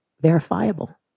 verifiable